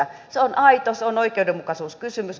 se on aito se on oikeudenmukaisuuskysymys